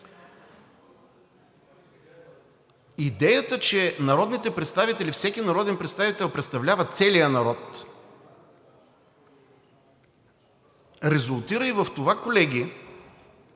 Идеята, че народните представители, всеки народен представител, представлява целия народ резултира и в това, колеги,